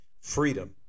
freedom